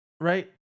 right